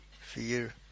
fear